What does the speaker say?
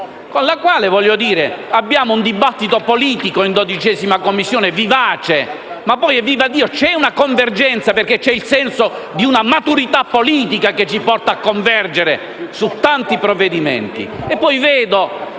con la quale abbiamo un dibattito politico vivace in 12a Commissione, ma poi - vivaddio - c'è una convergenza, perché c'è il senso di una maturità politica che ci porta a convergere su tanti provvedimenti.